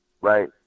right